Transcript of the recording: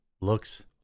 looks